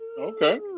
Okay